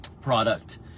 product